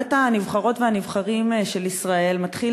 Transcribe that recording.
בבית הנבחרות והנבחרים של ישראל מתחיל